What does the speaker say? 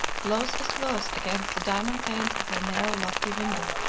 close as close against the diamond panes of her narrow, lofty window!